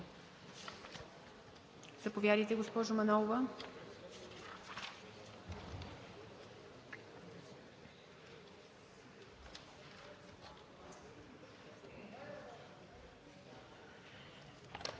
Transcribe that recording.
Заповядайте, госпожо Манолова.